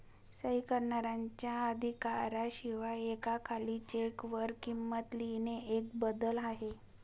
सही करणाऱ्याच्या अधिकारा शिवाय एका खाली चेक वर किंमत लिहिणे एक बदल आहे